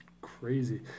crazy